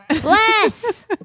Bless